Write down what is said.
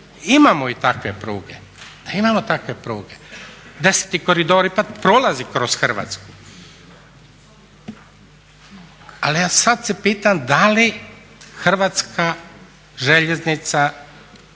imamo i takve pruge, da ti koridori pa prolaze kroz Hrvatsku. Ali ja sad se pitam da li Hrvatska željeznica